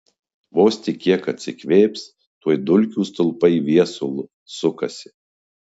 vos tik kiek atsikvėps tuoj dulkių stulpai viesulu sukasi